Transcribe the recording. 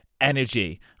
energy